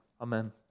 Amen